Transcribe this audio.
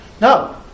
no